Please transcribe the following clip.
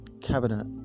cabinet